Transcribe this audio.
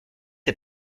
est